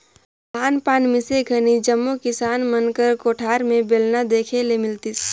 धान पान मिसे घनी जम्मो किसान मन कर कोठार मे बेलना देखे ले मिलतिस